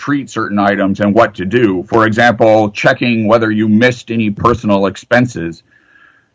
treat certain items and what to do for example checking whether you missed any personal expenses